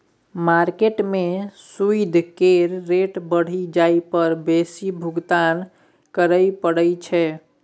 market में सूइद केर रेट बढ़ि जाइ पर बेसी भुगतान करइ पड़इ छै